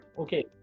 Okay